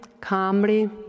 calmly